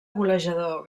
golejador